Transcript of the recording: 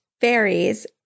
fairies